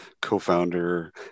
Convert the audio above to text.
co-founder